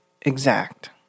exact